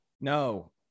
No